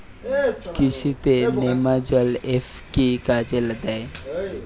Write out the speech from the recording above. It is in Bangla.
কৃষি তে নেমাজল এফ কি কাজে দেয়?